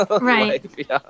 right